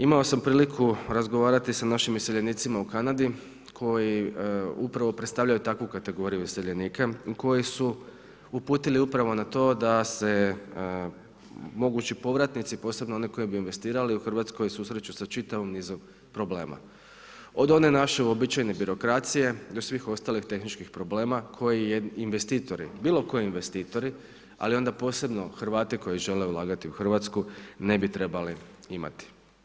Imao sam priliku razgovarati sa našim iseljenicima u Kanadi koji upravo predstavljaju takvu kategoriju iseljenika koji su uputili upravo na to da se mogući povratnici posebno oni koji bi investirali u Hrvatskoj susreću sa čitavim nizom problema, od one naše uobičajene birokracije do svih ostalih tehničkih problema koje investitori, bilo koji investitori, ali onda posebno Hrvati koji žele ulagati u Hrvatsku ne bi trebali imati.